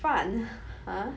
饭 !huh!